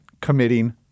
committing